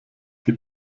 die